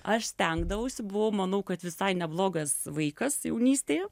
aš stengdavausi buvau manau kad visai neblogas vaikas jaunystėje